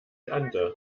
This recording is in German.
kannte